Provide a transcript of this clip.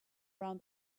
around